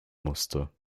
musste